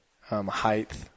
height